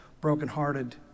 brokenhearted